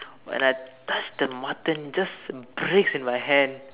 when I touch the mutton it just breaks in my hand